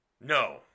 no